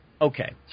Okay